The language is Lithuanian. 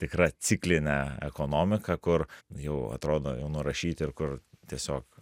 tikra ciklinė ekonomika kur jau atrodo jau nurašyti ir kur tiesiog